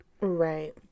Right